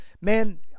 man